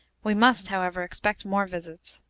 we must, however, expect more visits.